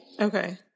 Okay